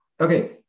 Okay